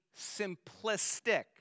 simplistic